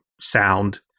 sound